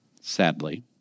sadly